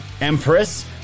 empress